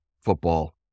football